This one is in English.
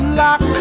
lock